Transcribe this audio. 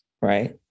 Right